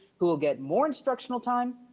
who will get more instructional time,